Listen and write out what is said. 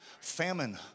Famine